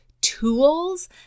tools